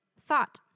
Thought